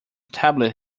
tablet